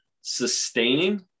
sustaining